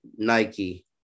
Nike